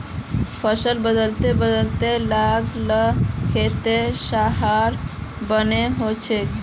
फसल बदले बदले लगा ल खेतेर सहार बने रहछेक